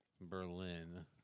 Berlin